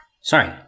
Sorry